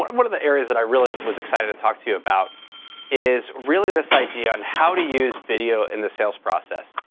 um one of the areas that i really was excited to talk to you about is really this idea on how to use video in the sales process.